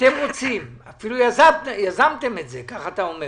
אתם רוצים, אפילו יזמתם את זה, כך אתה אומר.